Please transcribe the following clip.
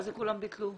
מה זה כולם ביטלו?